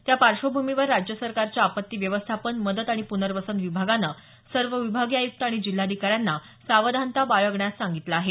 त्या पार्श्वभूमीवर राज्य सरकारच्या आपत्ती व्यवस्थापन मदत आणि पुनर्वसन विभागाने सर्व विभागीय आय़क्त आणि जिल्हाधिकाऱ्यांना सावधानता बाळगण्यास सांगितलं आहे